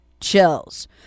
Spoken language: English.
chills